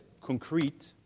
concrete